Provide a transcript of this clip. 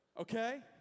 okay